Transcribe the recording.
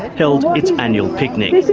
held its annual picnic.